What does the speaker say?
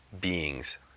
beings